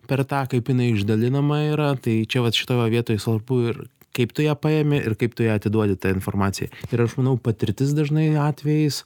per tą kaip jinai išdalinama yra tai čia vat šitoj va vietoj svarbu ir kaip tu ją paimi ir kaip tu ją atiduodi tą informaciją ir aš manau patirtis dažnai atvejais